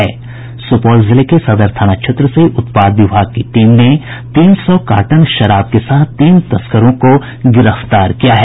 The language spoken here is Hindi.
सुपौल जिले के सदर थाना क्षेत्र से उत्पाद विभाग की टीम ने तीन सौ कार्टन शराब के साथ तीन तस्करों को गिरफ्तार किया है